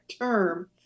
term